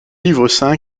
livre